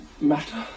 matter